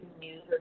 news